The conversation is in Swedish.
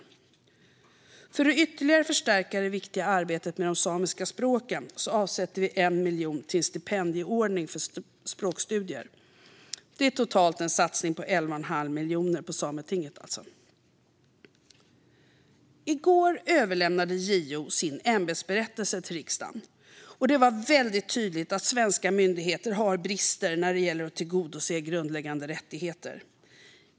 För att ytterligare förstärka det viktiga arbetet med de samiska språken avsätter vi 1 miljon till en stipendieordning för språkstudier. Totalt gör vi alltså en satsning på 11 1⁄2 miljon på Sametinget. I går överlämnade JO sin ämbetsberättelse till riksdagen, och det var väldigt tydligt att svenska myndigheter har brister när det gäller att tillgodose grundläggande rättigheter.